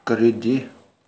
ꯀꯔꯤꯗꯤ